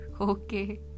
okay